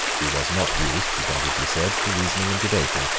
he was not used, he doggedly said, to reasoning and debating.